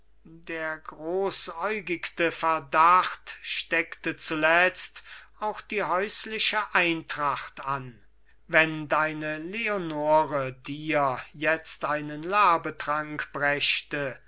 der großäugigte verdacht steckte zuletzt auch die häusliche eintracht an wenn deine leonore dir jetzt einen labetrank brächte